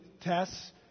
tests